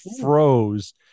froze